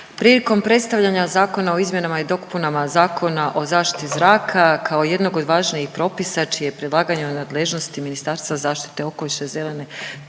Prilikom predstavljanja zakona o izmjenama i dopunama Zakona o zaštiti zraka kao jednog od važnijih propisa čije je predlaganje u nadležnosti Ministarstva zaštite okoliša i zelene